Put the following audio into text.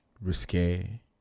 risque